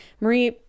Marie